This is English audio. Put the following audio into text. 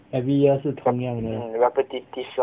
every year 是同样的啦